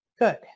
good